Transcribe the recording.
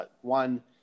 One